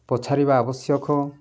ପଚାରିବା ଆବଶ୍ୟକ